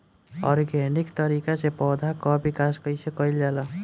Organic तरीका से पौधा क विकास कइसे कईल जाला?